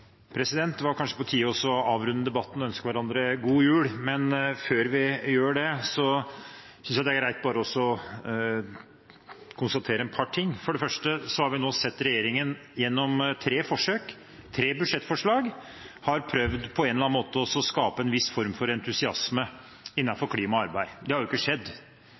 jul, men før vi gjør det, synes jeg det er greit å konstatere et par ting. For det første har vi nå sett at regjeringen gjennom tre forsøk, tre budsjettforslag, har prøvd på en eller annen måte å skape en viss form for entusiasme innenfor klimaarbeid. Det har ikke skjedd – på ingen måte. Tvert om har de budsjettframleggene som regjeringen har stått for, skapt frustrasjon, sinne og fortvilelse. Det